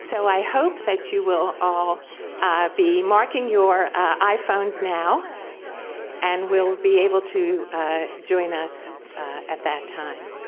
so i hope that you will all be marking your iphones now and will be able to join us at that time.